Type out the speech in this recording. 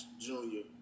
junior